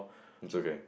it's okay